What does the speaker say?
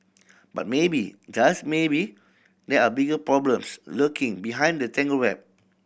but maybe just maybe there are bigger problems lurking behind the tangled web